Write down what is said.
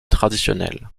traditionnelle